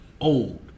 old